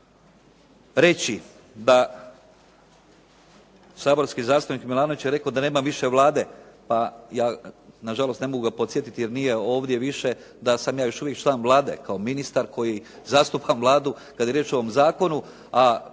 reći da saborski zastupnik Milanović je rekao da nema više Vlade, pa na žalost ne mogu ga podsjetiti jer nije ovdje više, da sam ja još uvijek član Vlade kao ministar koji zastupa Vladu, kada je riječ o ovom zakonu, a